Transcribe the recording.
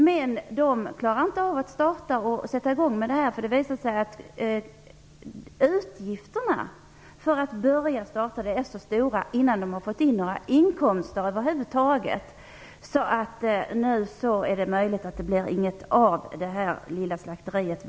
Men de klarar inte av att sätta igång. Det har visat sig att utgifterna för att starta är så stora, innan de har fått in några inkomster över huvud taget, att det nu är möjligt att det inte blir någonting av med det lilla slakteriet.